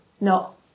No